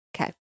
Okay